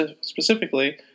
specifically